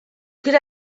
could